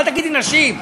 אל תגידי נשים.